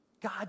God